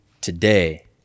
today